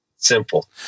simple